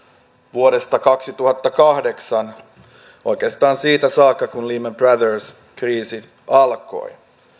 vuodesta kaksituhattakahdeksan saakka oikeastaan siitä saakka kun lehman brothers kriisi alkoi